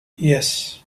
yes